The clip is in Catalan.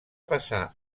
passar